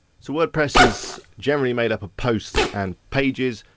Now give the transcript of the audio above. so wordpress is generally made up of posts and pages.